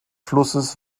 flusses